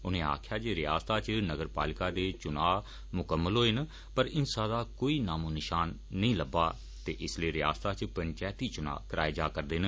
उनें आक्खेआ जे रियासता च नगर पालिका दे चुना मुकम्मल होए न पर हिंसा दा कोई नामो निशान नेंई लब्बा ते इस्सलै रियासता च पंचैती चुना कराए जा रदे न